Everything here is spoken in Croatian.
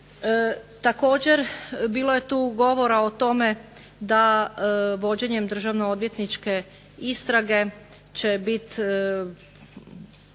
Također bilo je tu govora o tome da vođenjem državnoodvjetničke istrage će bit